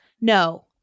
No